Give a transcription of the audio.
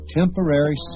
temporary